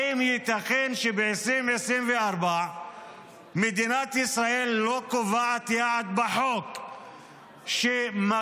האם ייתכן שב-2024 מדינת ישראל לא קובעת יעד בחוק שמגדיר